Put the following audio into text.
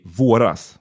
våras